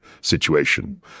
situation